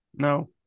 No